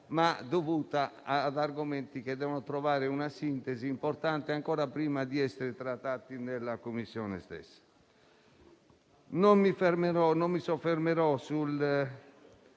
- su argomenti che dovrebbero invece trovare una sintesi importante ancora prima di essere trattati nella Commissione stessa. Non mi soffermerò su